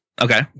Okay